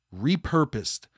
repurposed